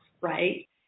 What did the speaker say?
right